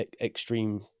extreme